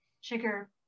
sugar